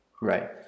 Right